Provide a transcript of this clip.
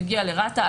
מגיע לרת"א,